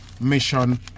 mission